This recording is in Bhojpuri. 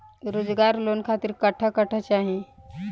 रोजगार लोन खातिर कट्ठा कट्ठा चाहीं?